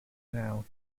now